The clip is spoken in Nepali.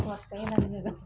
वाक्कै लाग्ने